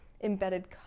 embedded